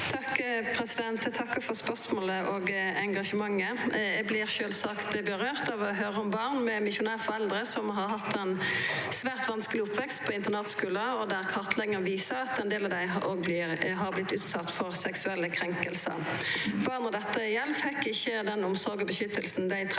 takkar for spørsmålet og engasjementet. Eg vert sjølvsagt rørt av å høyra om barn med misjonærforeldre som har hatt ein svært vanskeleg oppvekst på internatskule. Kartlegginga viser at ein del av dei òg har vore utsette for seksuelle krenkingar. Barna dette gjeld, fekk ikkje den omsorga og beskyttelsen dei trong